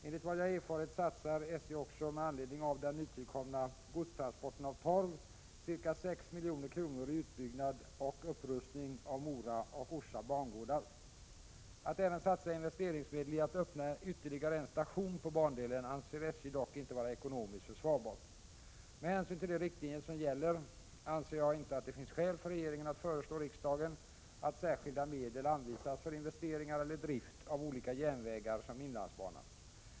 Enligt vad jag erfarit satsar SJ också med anledning av den nytillkomna godstransporten av torv ca 6 milj.kr. i utbyggnad och upprustning av Mora och Orsa bangårdar. Att även satsa investeringsmedel i att öppna ytterligare en station på bandelen anser SJ dock inte vara ekonomiskt försvarbart. Med hänsyn till de riktlinjer som gäller anser jag inte att det finns skäl för regeringen att föreslå riksdagen att särskilda medel anvisas för investeringar eller drift av olika järnvägar som inlandsbanan.